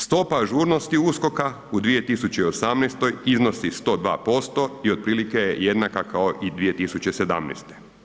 Stopa ažurnosti USKOK-a u 2018. iznosi 102% i otprilike je jednaka kao i 2017.